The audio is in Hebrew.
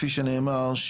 כפי שנאמר,